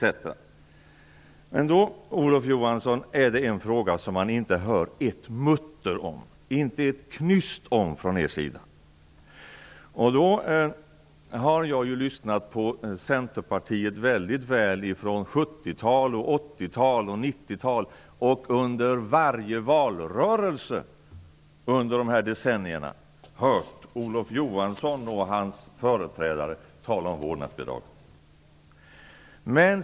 Men det är en fråga som man numera inte hör ett mutter och inte ett knyst om från er sida, Olof Johansson. Jag har lyssnat mycket väl på Centerpartiet, från 1970-, 1980 och 1990-tal, och jag har i varje valrörelse under dessa decennier hört Olof Johansson och andra företrädare tala om vårdnadsbidraget.